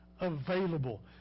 available